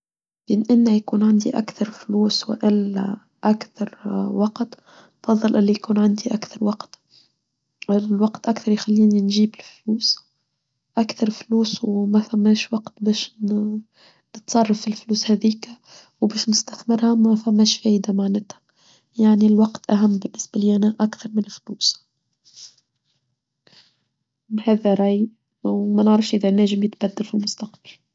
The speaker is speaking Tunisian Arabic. إن أني يكون عندي أكثر فلوس وألا أكثر وقت بفضل أني يكون عندي أكثر وقت والوقت أكثر يخليني نجيب الفلوس أكثر فلوس وما فماش وقت باش نتصرف في الفلوس هذيكة وباش نستثمرها ما فماش فايدة معناتها يعني الوقت أهم بالنسبة لي أنا أكثر من الفلوس هذا رأيي وما نعرف إذا لاجم يتبدل في المستقبل.